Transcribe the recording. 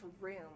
room